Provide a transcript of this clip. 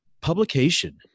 publication